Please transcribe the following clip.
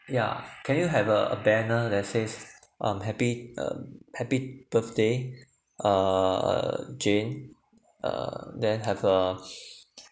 yeah can you have uh a banner that says um happy um happy birthday err jane err then have a